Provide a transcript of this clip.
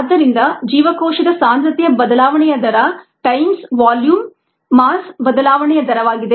ಆದ್ದರಿಂದ ಜೀವಕೋಶದ ಸಾಂದ್ರತೆಯ ಬದಲಾವಣೆಯ ದರ times ವಾಲ್ಯೂಮ್ ಮಾಸ್ ಬದಲಾವಣೆಯ ದರವಾಗಿದೆ